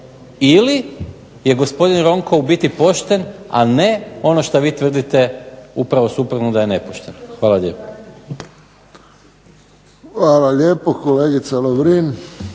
ili je gospodin Ronko u biti pošten, a ne ono što vi tvrdite upravo suprotno da je nepošten. Hvala lijepo. **Friščić, Josip (HSS)**